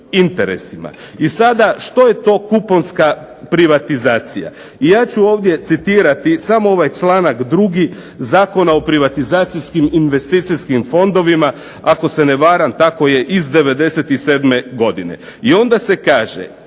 I sada što je to kuponska privatizacija? Ja ću ovdje citirati samo ovaj članak drugi Zakona o privatizacijskim investicijskim fondovima. Ako se ne varam tako je iz '97. godine. I onda se kaže